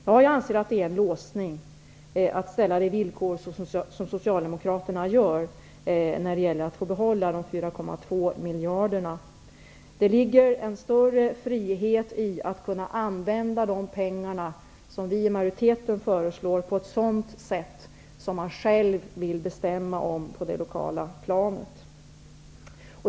Ja, jag anser att det är en låsning att ställa de villkor som Socialdemokraterna ställer för att kommunerna skall få behålla de 4,2 miljarderna. Det ligger en större frihet i att kommunerna, som vi i utskottsmajoriteten föreslår, kan använda pengarna på ett sätt som man själv beslutar om på det lokala planet.